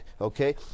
Okay